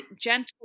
gentle